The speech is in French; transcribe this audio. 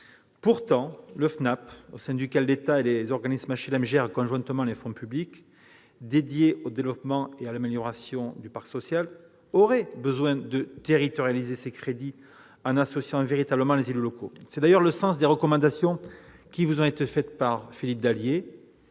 Pourtant, le FNAP, au sein duquel l'État et des organismes d'HLM gèrent conjointement les fonds publics dédiés au développement et à l'amélioration du parc social, aurait besoin de territorialiser ces crédits en associant véritablement les élus locaux. C'est d'ailleurs le sens des recommandations qui vous ont été faites par Philippe Dallier,